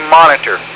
monitor